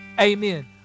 amen